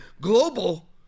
global